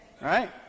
right